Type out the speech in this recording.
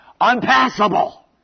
Unpassable